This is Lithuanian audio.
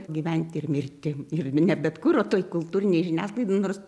gyventi ir mirti ir ne bet kur o toj kultūrinėj žiniasklaidoj nors